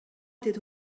était